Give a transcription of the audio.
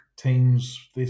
Teams